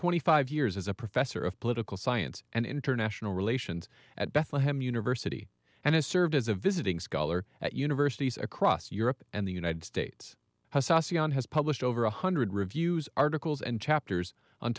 twenty five years as a professor of political science and international relations at bethlehem university and has served as a visiting scholar at universities across europe and the united states has saucy on has published over one hundred reviews articles and chapters on